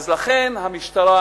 לכן, המשטרה